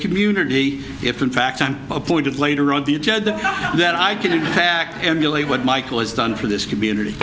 community if in fact i'm appointed later on the agenda that i can impact emulate what michael has done for this community